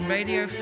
Radio